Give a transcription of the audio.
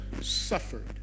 suffered